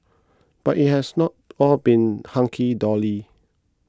but it has not all been hunky dory